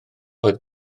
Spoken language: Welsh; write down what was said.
oedd